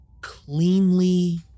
cleanly